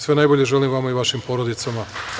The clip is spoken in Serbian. Sve najbolje želim vama i vašim porodicama.